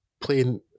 playing